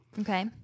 Okay